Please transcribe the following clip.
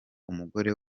umugore